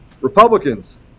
Republicans